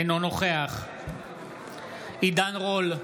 אינו נוכח עידן רול,